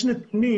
יש נתונים